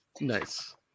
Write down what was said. nice